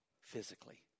physically